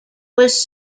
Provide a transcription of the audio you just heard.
was